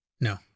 No